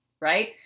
Right